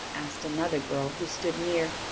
asked another girl who stood near.